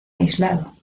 aislado